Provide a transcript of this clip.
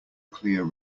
clear